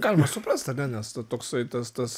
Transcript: galima suprast ar ne nes ta toksai tas tas